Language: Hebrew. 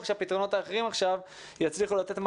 שהפתרונות האחרים עכשיו יצליחו לתת מענה,